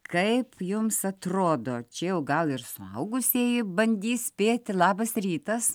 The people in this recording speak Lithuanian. kaip jums atrodo čia jau gal ir suaugusieji bandys spėti labas rytas